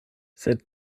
sed